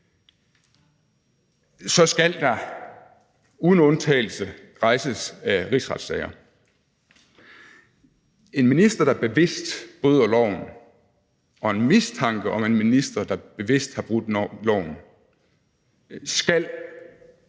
så skal der uden undtagelse rejses en rigsretssag. En minister, der bevidst bryder loven, og en mistanke om en minister, der bevidst har brudt loven, skal